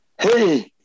Hey